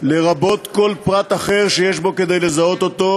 לרבות כל פרט אחר שיש בו כדי לזהות אותו,